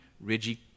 ridgy